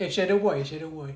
like shadow boy shadow boy